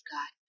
God